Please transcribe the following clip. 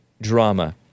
drama